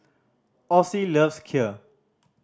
Osie loves Kheer